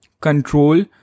control